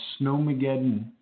Snowmageddon